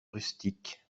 rustiques